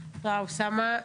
אוסאמה.